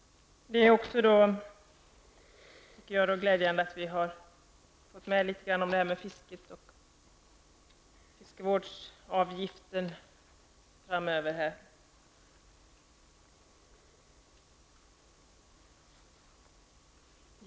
Det är glädjande, tycker jag, att vi har fått med litet grand om fisket och fiskevårdsavgiften framöver här.